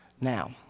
Now